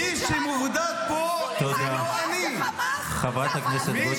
איזה פלסטינים?